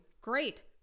Great